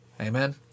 Amen